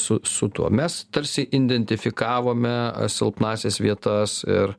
su su tuo mes tarsi indentifikavome silpnąsias vietas ir